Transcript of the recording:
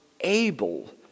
able